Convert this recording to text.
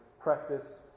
practice